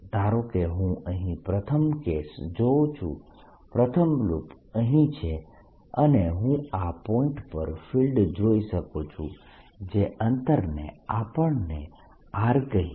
ધારો કે હું અહીં પ્રથમ કેસ જોઉં છું પ્રથમ લૂપ અહીં છે અને હું આ પોઇન્ટ પર ફિલ્ડ જોઈ શકું છું જે અંતરને આપણને r કહીએ